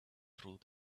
through